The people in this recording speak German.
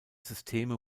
systeme